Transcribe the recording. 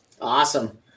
awesome